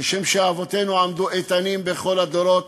כשם שאבותינו עמדו איתנים בכל הדורות